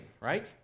right